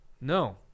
No